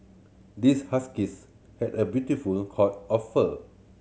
this huskies had a beautiful coat of fur